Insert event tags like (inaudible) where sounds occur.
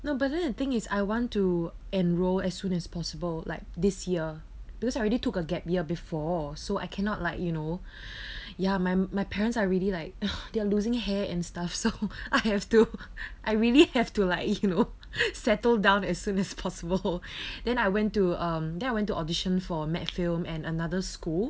no but then the thing is I want to enrol as soon as possible like this year because I already took a gap year before so I cannot like you know (breath) ya my my parents are really like (breath) they are losing hair and stuff so I have to I really have to like you know settled down as soon as possible then I went to um then I went into audition for metfilm and another school